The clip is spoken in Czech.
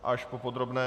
Až po podrobné.